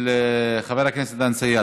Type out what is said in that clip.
של חבר הכנסת דן סידה.